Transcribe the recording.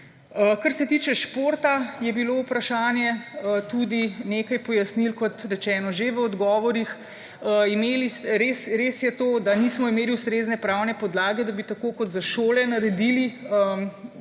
Kar se tiče športa, je bilo vprašanje, tudi nekaj pojasnil, kot rečeno, že v odgovorih. Res je to, da nismo imeli ustrezne pravne podlage, da bi tako kot za šole naredili formalni